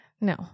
No